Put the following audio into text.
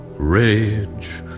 rage,